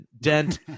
Dent